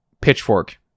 Pitchfork